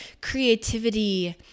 creativity